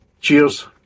cheers